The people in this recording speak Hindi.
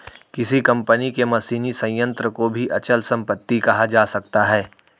किसी कंपनी के मशीनी संयंत्र को भी अचल संपत्ति कहा जा सकता है